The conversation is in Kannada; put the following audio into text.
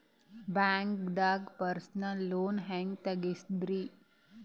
ಬ್ಯಾಂಕ್ದಾಗ ಪರ್ಸನಲ್ ಲೋನ್ ಹೆಂಗ್ ತಗ್ಸದ್ರಿ?